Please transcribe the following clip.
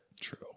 True